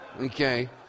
Okay